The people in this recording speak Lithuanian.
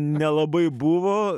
nelabai buvo